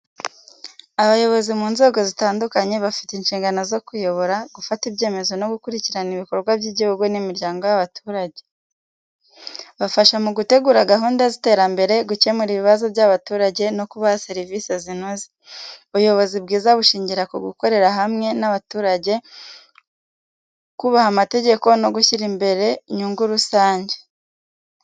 Abayobozi mu nzego zitandukanye bafite inshingano zo kuyobora, gufata ibyemezo no gukurikirana ibikorwa by’igihugu n’imiryango y’abaturage. Bafasha mu gutegura gahunda z’iterambere, gukemura ibibazo by’abaturage no kubaha serivisi zinoze. Ubuyobozi bwiza bushingira ku gukorera hamwe n’abaturage, kubaha amategeko no gushyira imbere inyungu rusange.